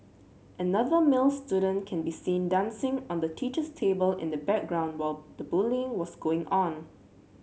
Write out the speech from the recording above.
another male student can be seen dancing on the teacher's table in the background while the bullying was going on